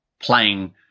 playing